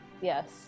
yes